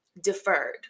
deferred